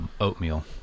oatmeal